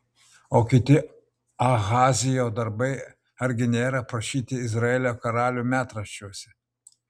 o kiti ahazijo darbai argi nėra aprašyti izraelio karalių metraščiuose